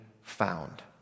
found